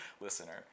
listener